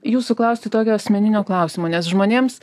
jūsų klausti tokio asmeninio klausimo nes žmonėms